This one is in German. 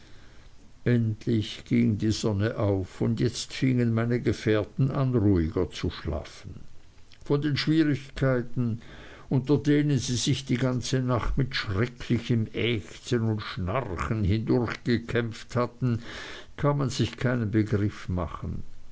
endlich ging die sonne auf und jetzt fingen meine gefährten an ruhiger zu schlafen von den schwierigkeiten unter denen sie sich die ganze nacht mit schrecklichem ächzen und schnarchen hindurchgekämpft hatten kann man sich keinen begriff machen